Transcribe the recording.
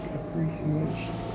appreciation